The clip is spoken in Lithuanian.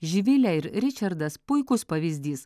živilė ir ričardas puikus pavyzdys